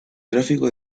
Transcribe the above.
tráfico